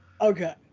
Okay